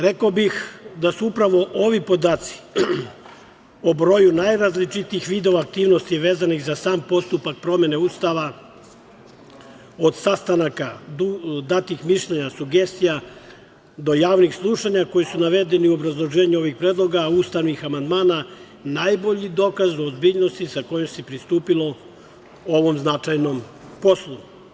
Rekao bih da su upravo ovi podaci o broju najrazličitijih vidova aktivnosti vezanih za sam postupak promene Ustava, od sastanaka, datih mišljenja, sugestija, do javnih slušanja koji su navedeni u obrazloženju ovih predloga ustavnih amandmana, najbolji dokaz ozbiljnosti sa kojom se pristupilo ovom značajnom poslu.